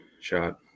shot